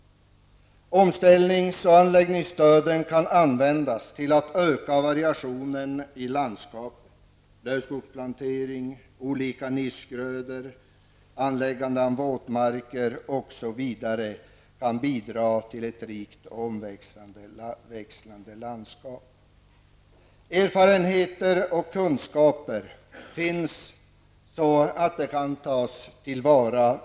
Omställnings och anläggningsstöden kan användas för att öka variationen i landskapet. Exempelvis lövskogsplantering, olika sorters nischgrödor samt anläggande av våtmarker kan också bidra till ett rikt och omväxlande landskap. Erfarenheter och kunskaper finns och kan således tas till vara.